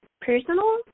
personal